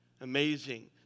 Amazing